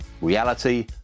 Reality